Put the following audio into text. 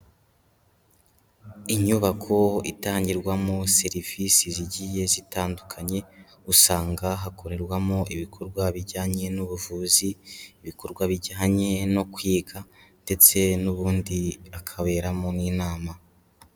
Inyubako itangirwamo serivisi zigiye zitandukanye, usanga hakorerwamo ibikorwa bijyanye n'ubuvuzi, ibikorwa bijyanye no kwiga ndetse n'ubundi hakaberamo n'inama.